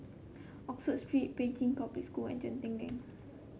Oxford Street Pei Chun Public School and Genting Link